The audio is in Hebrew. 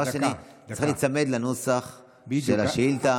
דבר שני, צריך להיצמד לנוסח של השאילתה.